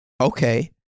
okay